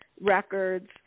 records